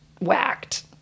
whacked